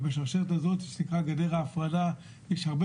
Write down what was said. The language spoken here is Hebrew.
ובשרשרת הזאת שנקראת גדר ההפרדה יש הרבה